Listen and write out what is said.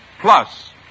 plus